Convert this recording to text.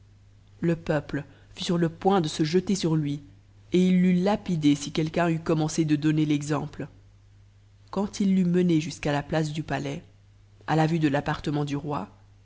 le peuple fut sur le point de se jeter sur lui et il l'eût lapidé si quelqu'un eut commencé de donner l'exemple quand il l'eut mené jusqu'à la place du palais à la vue de l'appartement du roi